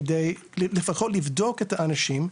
כדי לבדוק את האנשים,